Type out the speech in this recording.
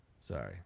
Sorry